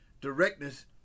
directness